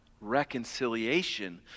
reconciliation